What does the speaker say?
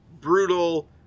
Brutal